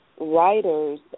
writers